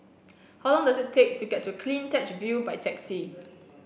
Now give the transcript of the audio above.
how long does it take to get to CleanTech View by taxi